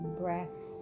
breath